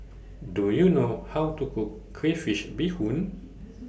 Do YOU know How to Cook Crayfish Beehoon